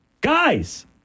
Guys